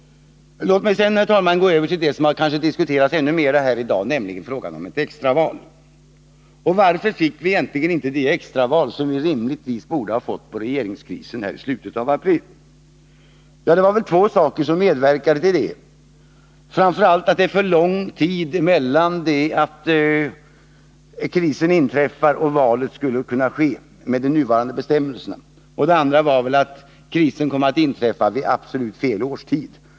Låt mig sedan, herr talman, gå över till vad som kanske har diskuterats ännu mer här i dag, nämligen frågan om ett extraval. Varför fick vi egentligen inte det extraval som vi rimligtvis borde ha fått med anledning av regeringskrisen i slutet av april? Det var väl två saker som medverkade till detta. För det första — och framför allt — var det för lång tid mellan den tidpunkt då krisen inträffade och den tidpunkt då valet skulle kunna ske med nuvarande bestämmelser. För det andra kom krisen att inträffa vid absolut fel årstid.